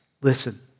Listen